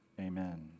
Amen